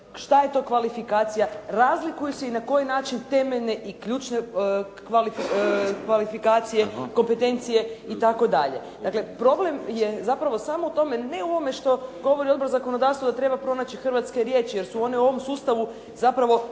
što je to kvalifikacija, razlikuju se i na koji način temeljne i ključne kvalifikacije, kompetencije i tako dalje. Dakle, problem je zapravo samo u tome, ne u ovome što govori Odbor za zakonodavstvo da treba pronaći hrvatske riječi jer su one u ovom sustavu zapravo